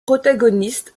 protagonistes